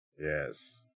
Yes